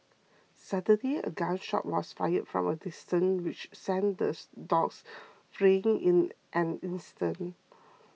suddenly a gun shot was fired from a distance which sent the dogs fleeing in an instant